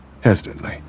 hesitantly